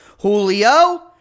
Julio